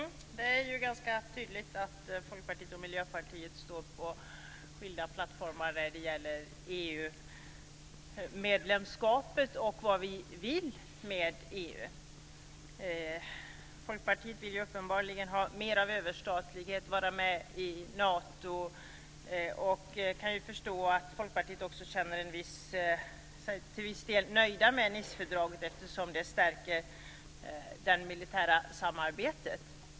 Fru talman! Det är ganska tydligt att Folkpartiet och Miljöpartiet står på skilda plattformar när det gäller EU-medlemskapet och vad vi vill med EU. Folkpartiet vill uppenbarligen ha mer av överstatlighet och vara med i Nato. Jag kan ju förstå att man i Folkpartiet känner sig till viss del nöjd med Nicefördraget eftersom det stärker det militära samarbetet.